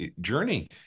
journey